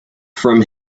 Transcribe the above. from